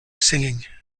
singing